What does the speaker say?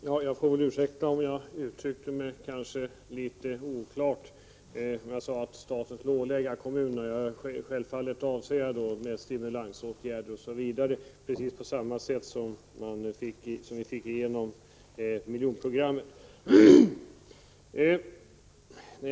Herr talman! Jag ber om ursäkt för att jag tydligen uttryckte mig litet oklart när jag talade om vad staten skulle ”ålägga” kommunerna. Självfallet avser jag att staten borde gå in med stimulansåtgärder, precis på samma sätt som skedde när miljonprogrammet genomfördes.